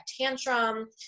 tantrum